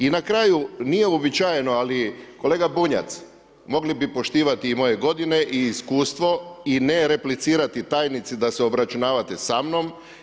I na kraju nije uobičajeno, ali kolega Bunjac mogli bi poštivati i moje godine i iskustvo i ne replicirati tajnici da se obračunavate sa mnom.